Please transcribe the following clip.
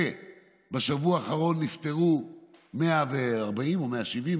ובשבוע האחרון נפטרו 140 או 170,